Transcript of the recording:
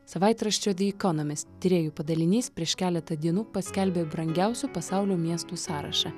savaitraščio ve ekonomist tyrėjų padalinys prieš keletą dienų paskelbė brangiausių pasaulio miestų sąrašą